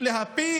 להביא